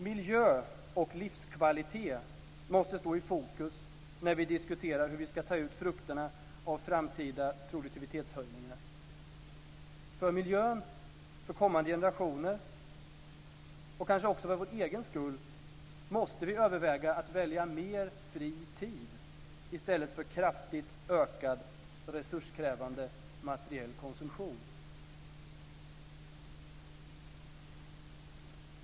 Miljö och livskvalitet måste stå i fokus när vi diskuterar hur vi ska ta ut frukterna av framtida produktivitetshöjningar. För miljön, för kommande generationer och kanske också för vår egen skull måste vi överväga att välja mer fri tid i stället för kraftigt ökad resurskrävande materiell konsumtion.